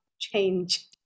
change